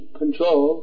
control